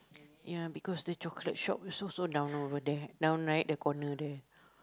ya because the chocolate shop is also down over there down right the corner there